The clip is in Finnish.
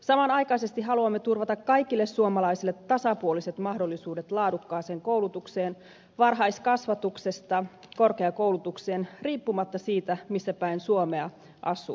samanaikaisesti haluamme turvata kaikille suomalaisille tasapuoliset mahdollisuudet laadukkaaseen koulutukseen varhaiskasvatuksesta korkeakoulutukseen riippumatta siitä missä päin suomea asuu